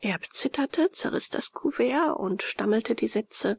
erb zitterte zerriß das kuvert und stammelte die sätze